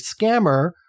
scammer